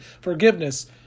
forgiveness